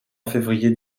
février